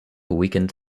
weakened